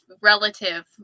relative